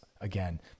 again